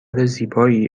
زیبایی